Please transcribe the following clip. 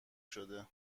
شده